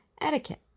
Etiquette